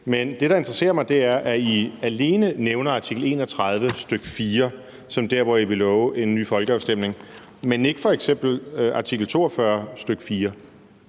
Men det, der interesserer mig, er, at I alene nævner artikel 31, stk. 4, som der, hvor I vil love en ny folkeafstemning, men ikke f.eks. artikel 42, stk. 4.